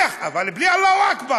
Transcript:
אני מבקש, אני מבקש,